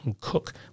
Cook